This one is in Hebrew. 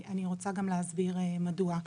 אני רוצה גם להסביר מדוע.